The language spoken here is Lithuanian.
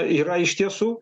yra iš tiesų